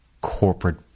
corporate